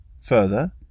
Further